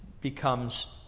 becomes